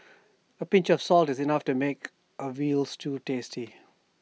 A pinch of salt is enough to make A Veal Stew tasty